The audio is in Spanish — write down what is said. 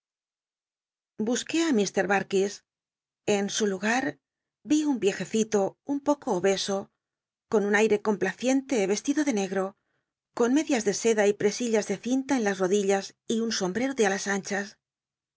busqué á m jal'lds en su lugat un icjceillo un poco obeso con un uire complaciente rcstido de ncgro con medias de seda y presillas de cinla en las rodillas y un sombrero de alas anchas